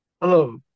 Hello